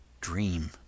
Dream